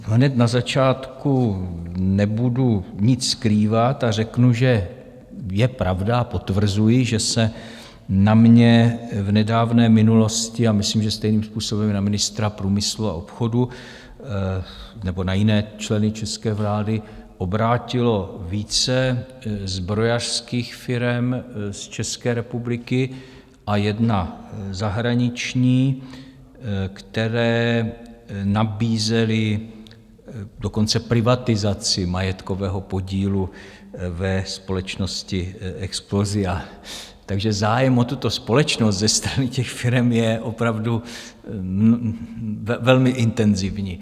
Hned na začátku nebudu nic skrývat a řeknu, že je pravda, potvrzuji, že se na mě v nedávné minulosti a myslím, že stejným způsobem na ministra průmyslu a obchodu nebo na jiné členy české vlády obrátilo více zbrojařských firem z České republiky a jedna zahraniční, které nabízely dokonce privatizaci majetkového podílu ve společnosti Explosia, takže zájem o tuto společnost ze strany firem je opravdu velmi intenzivní.